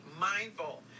mindful